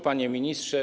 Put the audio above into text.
Panie Ministrze!